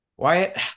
Wyatt